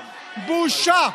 בושה.